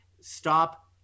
Stop